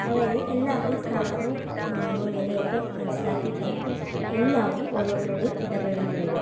അതായത് എല്ലാവരടേയും സ്ഥാനവും മാനോം വിലയൊക്കെ മനസ്സിലാക്കിയിട്ടായിരിക്കും എല്ലാവരും ഓരോരുത്തരോട് ഇടപഴകുന്നത്